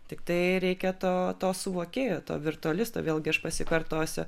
tiktai reikia to to suvokėjo to virtualisto vėlgi aš pasikartosiu